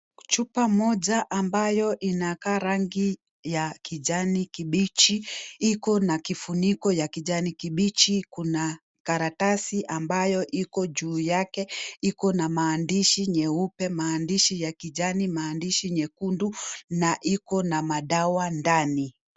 Chupa moja ambayo inakaa rangi ya kijani kibichi, iko na kifuniko ya kijani kibichi kuna karatasi ambayo iko juu yake iko na maandishi nyeupe, maandishi ya kijani, maandishi nyekundu na iko na madawa ndani.